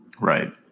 Right